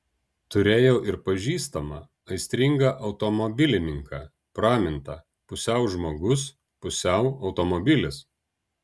turėjau ir pažįstamą aistringą automobilininką pramintą pusiau žmogus pusiau automobilis